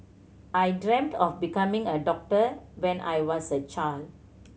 I dreamt of becoming a doctor when I was a child